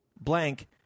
blank